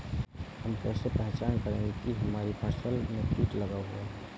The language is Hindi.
हम कैसे पहचान करेंगे की हमारी फसल में कीट लगा हुआ है?